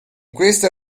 questa